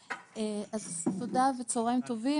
תודה וצוהריים טובים,